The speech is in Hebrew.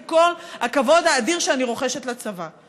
עם כל הכבוד האדיר שאני רוחשת לצבא.